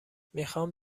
میخام